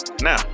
Now